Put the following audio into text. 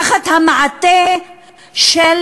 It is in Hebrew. תחת המעטה של